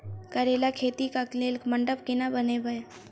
करेला खेती कऽ लेल मंडप केना बनैबे?